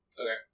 Okay